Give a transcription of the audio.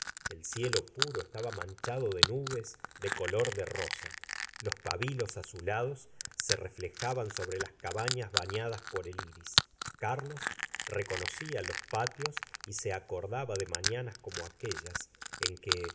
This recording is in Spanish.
el cielo puro estaba manchado de nubes de color de rosa los pábilos azulados se refte'jaban sobre las cabañas hafiadas por el iris carlos reconocía los patios y se acordaba de mafianas como aquellas en que